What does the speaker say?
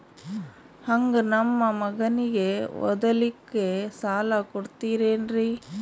ಹಂಗ ನಮ್ಮ ಮಗನಿಗೆ ಓದಲಿಕ್ಕೆ ಸಾಲ ಕೊಡ್ತಿರೇನ್ರಿ?